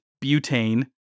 butane